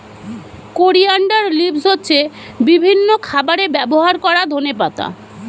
coriander leaves হচ্ছে বিভিন্ন খাবারে ব্যবহার করা ধনেপাতা